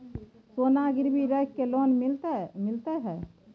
सोना गिरवी रख के लोन मिलते है?